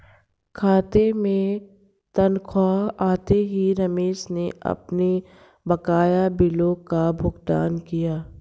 खाते में तनख्वाह आते ही रमेश ने अपने बकाया बिलों का भुगतान किया